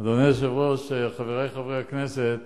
אדוני היושב-ראש, חברי חברי הכנסת,